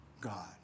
God